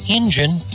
engine